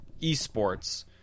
eSports